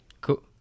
Cool